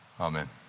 Amen